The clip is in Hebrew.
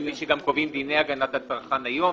כפי שקובעים גם דיני הגנת הצרכן היום.